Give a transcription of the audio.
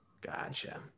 Gotcha